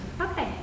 Okay